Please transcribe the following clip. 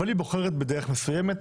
אבל היא בוחרת בדרך מסוימת,